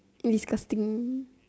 restarting